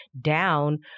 down